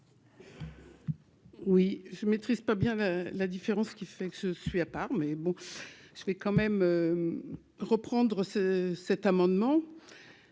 Oui, je maîtrise pas bien la différence qui fait que ce soit par mais bon ça fait quand même reprendre ce cet amendement